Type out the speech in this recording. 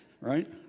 right